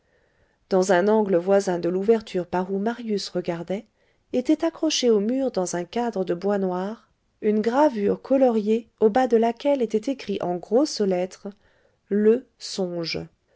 dans un angle voisin de l'ouverture par où marius regardait était accrochée au mur dans un cadre de bois noir une gravure coloriée au bas de laquelle était écrit en grosses lettres le songe